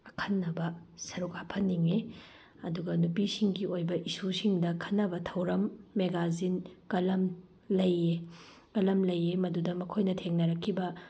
ꯑꯈꯟꯅꯕ ꯁꯔꯨꯛ ꯍꯥꯞꯍꯟꯅꯤꯡꯉꯤ ꯑꯗꯨꯒ ꯅꯨꯄꯤꯁꯤꯡꯒꯤ ꯑꯣꯏꯕ ꯏꯁꯨꯁꯤꯡꯗ ꯈꯟꯅꯕ ꯊꯧꯔꯝ ꯃꯦꯒꯥꯖꯤꯟ ꯀꯂꯝ ꯂꯩꯌꯦ ꯀꯝꯂꯝ ꯂꯩꯌꯦ ꯃꯗꯨꯗ ꯃꯈꯣꯏꯅ ꯊꯦꯡꯅꯔꯛꯈꯤꯕ